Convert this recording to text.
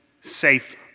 safe